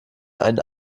einen